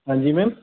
हाँ जी मैम